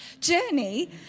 journey